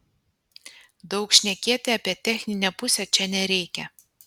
daug šnekėti apie techninę pusę čia nereikia